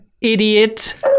idiot